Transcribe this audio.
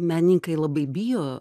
menininkai labai bijo